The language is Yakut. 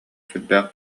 сүрдээх